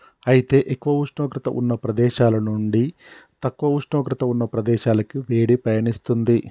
అయితే ఎక్కువ ఉష్ణోగ్రత ఉన్న ప్రదేశాల నుండి తక్కువ ఉష్ణోగ్రత ఉన్న ప్రదేశాలకి వేడి పయనిస్తుంది